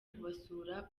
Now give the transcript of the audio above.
kubasura